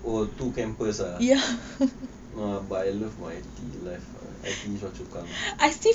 oh two campus ah no but I love my I_T_E life ah I_T_E choa chu kang